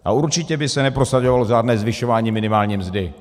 A určitě by se neprosadilo žádné zvyšování minimální mzdy.